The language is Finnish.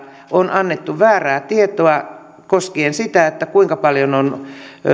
on annettu väärää tietoa koskien sitä kuinka paljon on